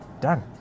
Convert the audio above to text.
Done